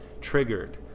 triggered